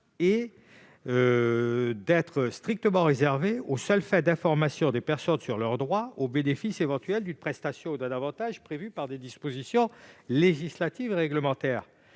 » est strictement limité à l'information des personnes sur leur droit au bénéfice éventuel d'une prestation ou d'un avantage prévu par des dispositions législatives et réglementaires.